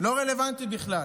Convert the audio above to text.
לא רלוונטי בכלל.